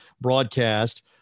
broadcast